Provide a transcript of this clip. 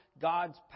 God's